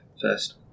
first